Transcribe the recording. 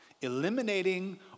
eliminating